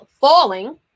falling